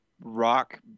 rock